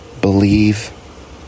believe